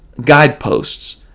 guideposts